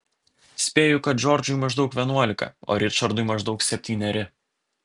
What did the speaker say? spėju kad džordžui maždaug vienuolika o ričardui maždaug septyneri